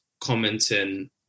commenting